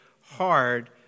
hard